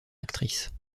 actrice